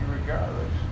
regardless